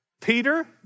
Peter